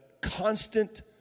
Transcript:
constant